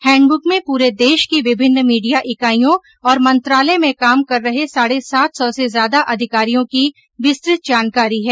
हैंडब्रक में प्रे देश की विभिन्न मीडिया इकाइयों और मंत्रालय में काम कर रहे साढे सात सौ से ज्यादा अधिकारियों की विस्तृत जानकारी है